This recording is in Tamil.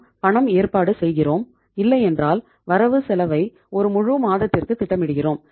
நாம் பணம் ஏற்பாடு செய்கிறோம் இல்லையென்றால் வரவு செலவை ஒரு முழு மாதத்திற்கு திட்டமிடுகிறோம்